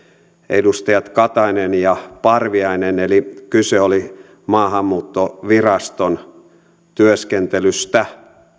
edustajat katainen ja parviainen eli kyse oli maahanmuuttoviraston työskentelystä